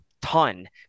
ton